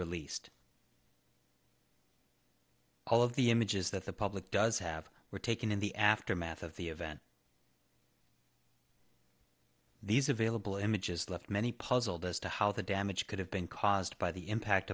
released all of the images that the public does have were taken in the aftermath of the event these available images left many puzzled as to how the damage could have been caused by the impact